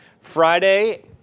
Friday